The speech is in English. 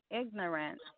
ignorant